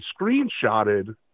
screenshotted